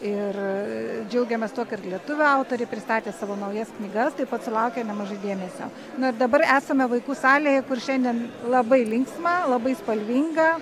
ir džiaugiamės tuo kad lietuvių autoriai pristatė savo naujas knygas taip pat sulaukė nemažai dėmesio na dabar esame vaikų salėje kur šiandien labai linksma labai spalvinga